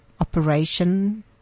operation